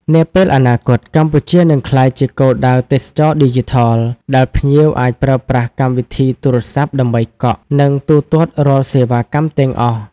នាពេលអនាគត កម្ពុជានឹងក្លាយជាគោលដៅទេសចរណ៍ឌីជីថល ដែលភ្ញៀវអាចប្រើប្រាស់កម្មវិធីទូរស័ព្ទដើម្បីកក់ និងទូទាត់រាល់សេវាកម្មទាំងអស់។